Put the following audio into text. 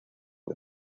the